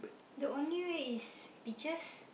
the only way is pictures